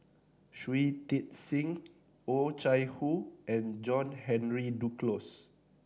Shui Tit Sing Oh Chai Hoo and John Henry Duclos